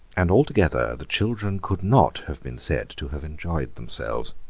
and altogether the children could not have been said to have enjoyed themselves.